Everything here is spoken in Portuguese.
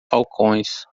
falcões